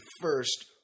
first